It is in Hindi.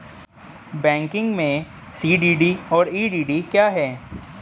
बैंकिंग में सी.डी.डी और ई.डी.डी क्या हैं?